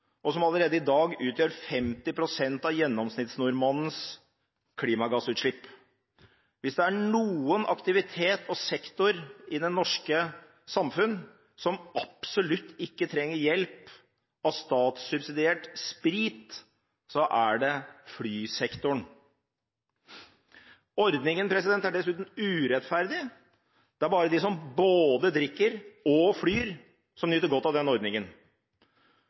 og som allerede i dag utgjør 50 pst. av gjennomsnittsnordmannens klimagassutslipp. Hvis det er noen aktivitet og sektor i det norske samfunn som absolutt ikke trenger hjelp av statssubsidiert sprit, er det flysektoren. Ordningen er dessuten urettferdig. Det er bare de som både drikker og flyr, som nyter godt av den ordningen.